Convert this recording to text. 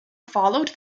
followed